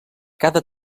cada